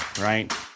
right